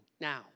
now